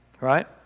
Right